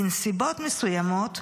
בנסיבות מסוימות,